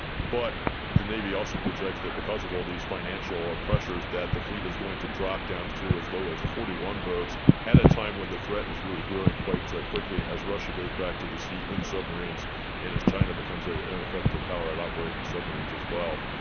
but the navy also projects that because of all these financial ah pressures that the fleet is going to drop down to to as low as forty one boats at a time when the threat is really growing quite quickly as russia goes back to the sea in submarines and as china becomes an effective power at operating submarines as well.